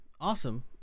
awesome